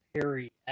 Perry